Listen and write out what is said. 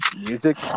music